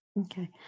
Okay